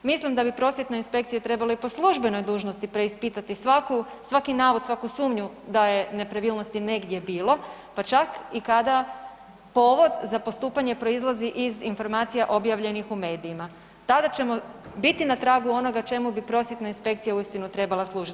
Mislim da bi prosvjetnu inspekciju trebali i po službenoj dužnosti preispitati, svaki navod, svaku sumnju da je nepravilnosti negdje bilo pa čak i kada povod za postupanje proizlazi iz informacija objavljenih u medijima, tada ćemo biti na tragu onoga čemu bi prosvjetna inspekcija uistinu treba služiti.